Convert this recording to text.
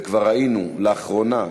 וכבר ראינו לאחרונה,